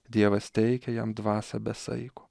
dievas teikia jam dvasią be saiko